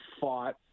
fought